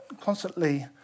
constantly